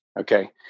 Okay